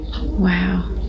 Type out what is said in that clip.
Wow